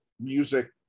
music